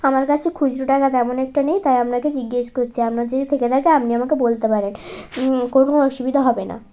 আমার কাছে খুচরো টাকা তেমন একটা নেই তাই আপনাকে জিজ্ঞাসা করছি আপনার যদি থেকে থাকে আপনি আমাকে বলতে পারেন কোনো অসুবিধা হবে না